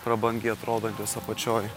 prabangiai atrodantis apačioj